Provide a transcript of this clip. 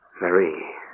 Marie